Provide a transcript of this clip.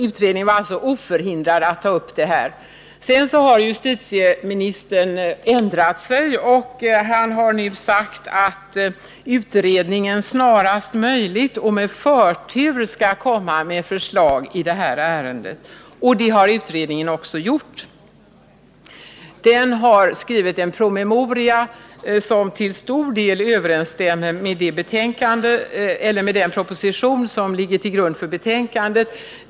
Utredningen var alltså oförhindrad att ta upp den här frågan. Sedan har justitieministern ändrat sig och gett utredningen i uppdrag att snarast möjligt och med förtur lägga fram förslag i det här ärendet. Det har utredningen också gjort. Den har skrivit en promemoria som till stor del överensstämmer med den proposition som ligger till grund för betänkandet.